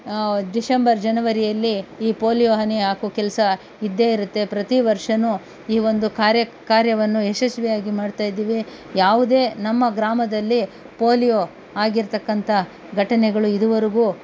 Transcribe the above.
ಡಿಶಂಬರ್ ಜನವರಿಯಲ್ಲಿ ಈ ಪೋಲಿಯೋ ಹನಿ ಹಾಕೋ ಕೆಲಸ ಇದ್ದೇ ಇರುತ್ತೆ ಪ್ರತಿ ವರ್ಷವೂ ಈ ಒಂದು ಕಾರ್ಯ ಕಾರ್ಯವನ್ನು ಯಶಸ್ವಿಯಾಗಿ ಮಾಡ್ತಾಯಿದ್ದೀವಿ ಯಾವುದೇ ನಮ್ಮ ಗ್ರಾಮದಲ್ಲಿ ಪೋಲಿಯೋ ಆಗಿರತಕ್ಕಂಥ ಘಟನೆಗಳು ಇದುವರೆಗೂ